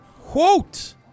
quote